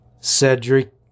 Cedric